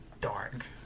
dark